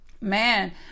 man